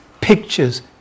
pictures